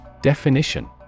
Definition